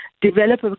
develop